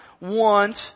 want